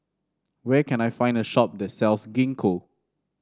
where can I find a shop that sells Gingko